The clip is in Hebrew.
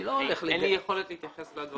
אין לי יכולת להתייחס לדברים האלה.